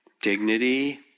dignity